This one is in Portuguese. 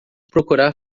procurar